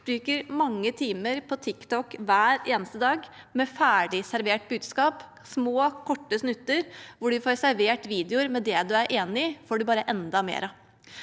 bruker mange timer på TikTok hver eneste dag – med ferdig servert budskap og små, korte snutter hvor de får servert videoer med det de er enig i, og det får de bare enda mer av.